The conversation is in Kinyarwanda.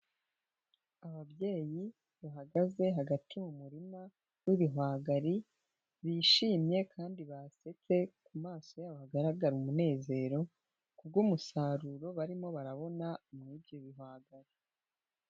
Ababyeyi, bahagaze hagati mu murima w'ibihwagari, bishimye kandi basetse ku maso yabo hagaragara umunezero, kubwo umusaruro barimo barabona muri ibyo bihwagari.